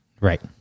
Right